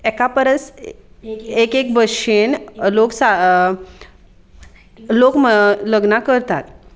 एका परस एक एक भशेन लोक लोक लग्नां करतात